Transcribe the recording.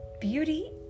Beauty